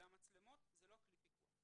והמצלמות אינן כלי פיקוח.